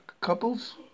couple's